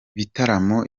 bitaramo